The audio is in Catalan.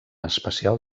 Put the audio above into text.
especial